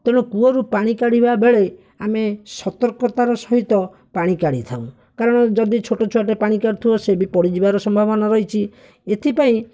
ତେଣୁ କୂଅରୁ ପାଣି କାଢ଼ିବାବେଳେ ଆମେ ସତର୍କତାର ସହିତ ପାଣି କାଢ଼ିଥାଉ କାରଣ ଯଦି ଛୋଟ ଛୁଆଟେ ପାଣି କାଢ଼ୁଥିବ ସେ ବି ପଡ଼ିଯିବାର ସମ୍ଭାବନା ରହିଛି ଏଥିପାଇଁ